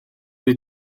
dwyt